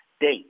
date